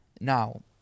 Now